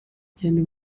cyane